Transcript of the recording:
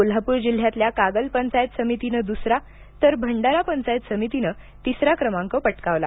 कोल्हापूर जिल्ह्यातल्या कागल पंचायत समितीनं द्सरा तर भंडारा पंचायत समितीनं तिसरा क्रमांक पटकावला